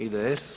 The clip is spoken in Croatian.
IDS.